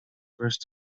first